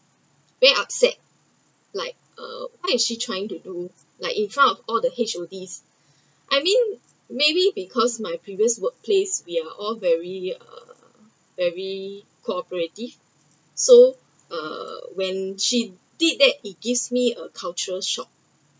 very upset like uh why is she trying to do like in front of all the H_O_D I meant maybe because my previous work place we are all very uh very cooperative so uh when she did that it gives me a cultural shock